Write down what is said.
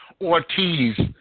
Ortiz